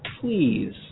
please